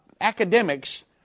academics